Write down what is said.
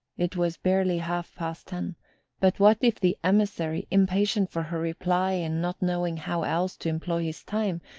it was barely half-past ten but what if the emissary, impatient for her reply, and not knowing how else to employ his time,